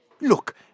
Look